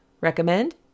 recommend